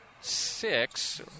six